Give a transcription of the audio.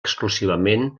exclusivament